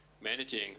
managing